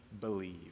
believe